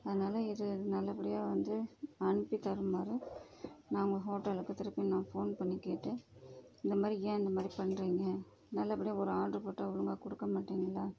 அதனால் இது நல்லபடியாக வந்து அனுப்பித் தருமாறு நாங்கள் ஹோட்டலுக்கு திருப்பியும் நான் ஃபோன் பண்ணிக் கேட்டேன் இந்த மாதிரி ஏன் இந்த மாதிரி பண்ணுறீங்க நல்லபடியாக ஒரு ஆட்ரு போட்டால் ஒழுங்காக கொடுக்க மாட்டிங்களா